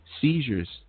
seizures